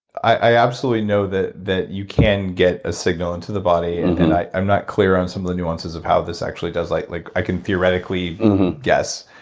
i absolutely know that that you can get a signal into the body, and and i'm not clear on some of the nuances of how this actually does, like like i can theoretically guess.